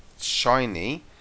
shiny